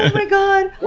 and my god!